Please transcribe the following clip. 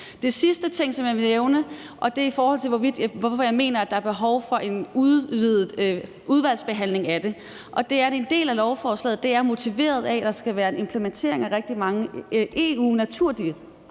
Den sidste ting, som jeg vil nævne, er, hvorfor jeg mener, at der er behov for en udvidet udvalgsbehandling af det, og det er, fordi en del af lovforslaget er motiveret af, at der skal være en implementering af rigtig mange EU-naturdirektiver,